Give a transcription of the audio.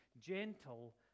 gentle